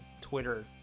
Twitter